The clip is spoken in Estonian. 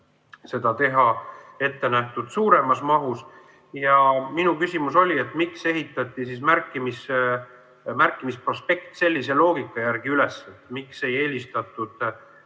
seda teha ettenähtud suuremas mahus. Minu küsimus on, miks ehitati märkimisprospekt sellise loogika järgi üles. Miks ei eelistatud